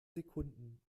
sekunden